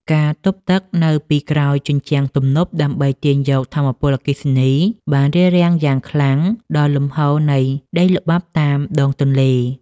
ការទប់ទឹកនៅពីក្រោយជញ្ជាំងទំនប់ដើម្បីទាញយកថាមពលអគ្គិសនី បានរារាំងយ៉ាងខ្លាំងដល់លំហូរនៃដីល្បាប់តាមដងទន្លេ។